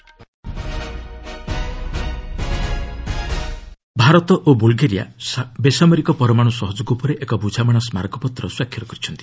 India Bulgaria MoU Bharat ଓ Bulgaria ବେସରମାରିକ ପରମାଣୁ ସହଯୋଗ ଉପରେ ଏକ ବୁଝାମଣା ସ୍କାରକପତ୍ର ସ୍ୱାକ୍ଷର କରିଛନ୍ତି